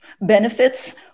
benefits